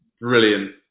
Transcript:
brilliant